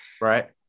right